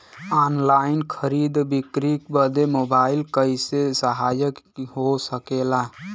Online खरीद बिक्री बदे मोबाइल कइसे सहायक हो सकेला?